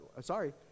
Sorry